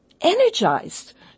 energized